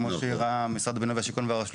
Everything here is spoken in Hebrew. כמו שהראו משרד הבינוי והשיכון והרשות